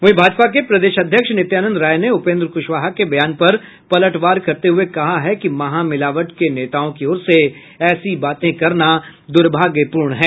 वहीं भाजपा के प्रदेश अध्यक्ष नित्यानंद राय ने उपेंद्र क्शवाहा के बयान पर पलटवार करते हुए कहा है कि महामिलावट के नेताओं की ओर से ऐसी बातें करना द्र्भाग्यपूर्ण है